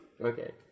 Okay